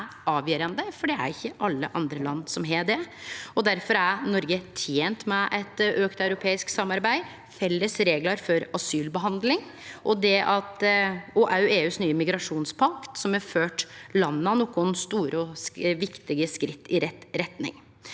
er avgjerande, for det er ikkje alle andre land som har det. Difor er Noreg tent med eit auka europeisk samarbeid, felles reglar for asylbehandling og òg EUs nye migrasjonspakt, som har ført landa nokre store og viktige skritt i rett retning.